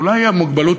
אולי המוגבלות